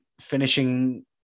finishing